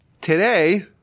Today